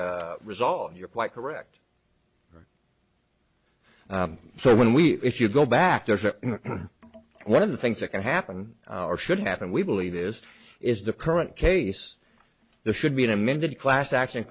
the result you're quite correct so when we if you go back there one of the things that can happen or should happen we believe this is the current case there should be an amended class action